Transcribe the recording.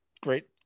great